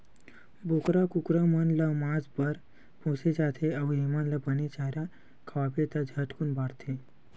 बोकरा, कुकरा मन ल मांस बर पोसे जाथे अउ एमन ल बने चारा खवाबे त झटकुन बाड़थे